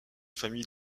famille